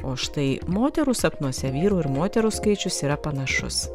o štai moterų sapnuose vyrų ir moterų skaičius yra panašus